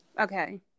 Okay